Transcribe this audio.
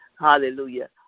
hallelujah